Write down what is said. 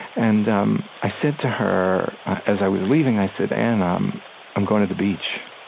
and um i said to her as i was leaving, i said, ann, i'm i'm going to the beach.